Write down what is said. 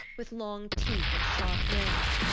with long teeth and sharp nails.